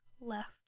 left